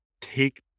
take